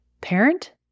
parent